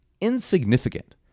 insignificant